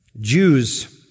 Jews